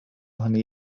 hynny